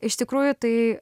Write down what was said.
iš tikrųjų tai